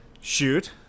Shoot